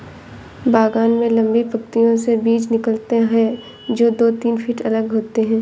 बागान में लंबी पंक्तियों से बीज निकालते है, जो दो तीन फीट अलग होते हैं